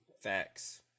facts